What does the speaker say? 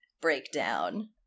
breakdown